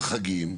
על חגים.